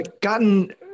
gotten